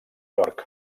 york